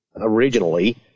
originally